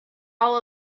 all